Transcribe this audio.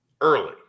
early